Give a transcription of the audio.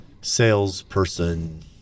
salesperson